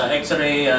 x-ray